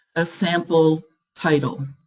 a sample title.